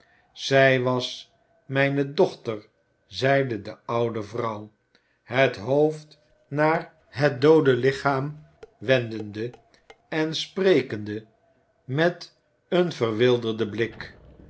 zij was mijne dochter zeide de oude vrouw het hoofd naar het doode lichaam wendende en sprekende met een verwilderden blik